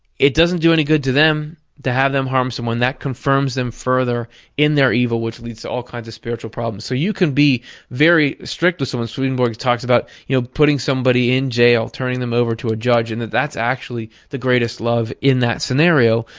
it doesn't do any good to them to harm someone. that confirms them further in their evil which leads to all kinds of spiritual problems. so you can be very strict with someone. swedenborg talks about, you know, putting somebody in jail, turning them over to a judge, and that that's actually the greatest love in that scenario,